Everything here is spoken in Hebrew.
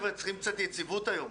החבר'ה צריכים קצת יציבות היום.